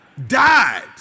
died